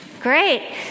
Great